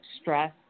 stress